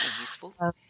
useful